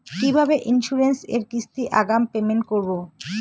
কিভাবে ইন্সুরেন্স এর কিস্তি আগাম পেমেন্ট করবো?